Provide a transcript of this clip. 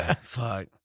Fuck